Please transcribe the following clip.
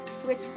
Switch